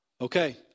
Okay